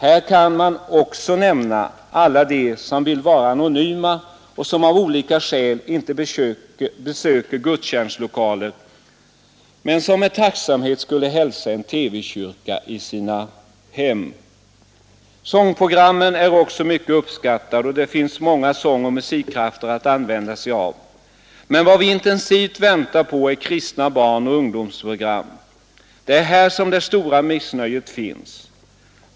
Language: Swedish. Här kan man också nämna alla dem som vill vara anonyma och som av olika skäl inte besöker gudstjänstlokaler men som med tacksamhet skulle hälsa en TV-kyrka i sina hem. Sångprogrammen är också mycket uppskattade, och det finns många sångoch musikkrafter att använda sig av. Men vad vi intensivt väntar på är kristna barnoch ungdomsprogram. Det är här som det stora missnöjet finns.